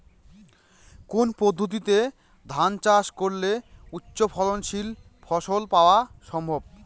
কোন পদ্ধতিতে ধান চাষ করলে উচ্চফলনশীল ফসল পাওয়া সম্ভব?